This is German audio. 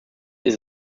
ist